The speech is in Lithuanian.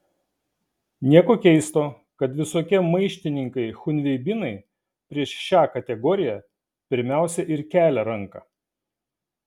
nieko keisto kad visokie maištininkai chunveibinai prieš šią kategoriją pirmiausia ir kelia ranką